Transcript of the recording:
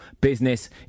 Business